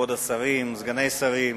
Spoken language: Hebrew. כבוד השרים,